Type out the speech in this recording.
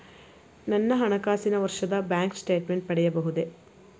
ನನ್ನ ಹಣಕಾಸಿನ ವರ್ಷದ ಬ್ಯಾಂಕ್ ಸ್ಟೇಟ್ಮೆಂಟ್ ಪಡೆಯಬಹುದೇ?